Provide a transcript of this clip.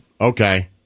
okay